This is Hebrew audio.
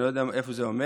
אני לא יודע איפה זה עומד.